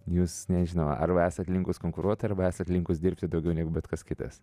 jūs nežinau arba esat linkusi konkuruot arba esat linkusi dirbt daugiau negu bet kas kitas